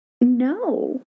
No